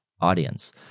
audience